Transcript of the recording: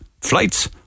Flights